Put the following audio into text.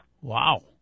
Wow